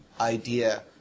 idea